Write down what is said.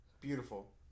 Beautiful